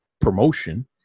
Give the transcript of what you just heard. promotion